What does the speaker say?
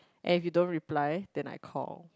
and if you don't reply then I call